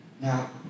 Now